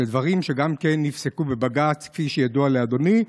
אלו דברים שגם נפסקו בבג"ץ, כפי שידוע לאדוני.